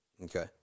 Okay